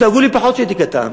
דאגו לי פחות כשהייתי קטן.